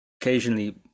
occasionally